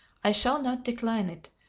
i shall not decline it,